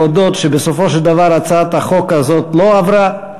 להודות שבסופו של דבר הצעת החוק הזאת לא עברה,